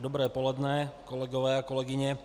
Dobré poledne, kolegové a kolegyně.